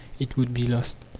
it would be lost.